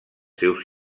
seus